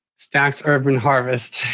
stack's urban harvest.